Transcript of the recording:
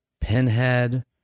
Pinhead